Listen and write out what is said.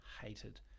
hated